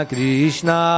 Krishna